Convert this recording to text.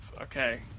Okay